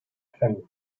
famille